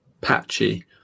patchy